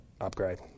upgrade